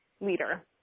leader